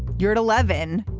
you're at eleven